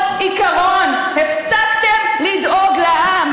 השותפים שלו לקואליציה,